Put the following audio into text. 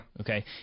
Okay